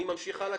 אני ממשיך הלאה.